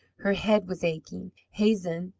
her head was aching. hazen,